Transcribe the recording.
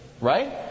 right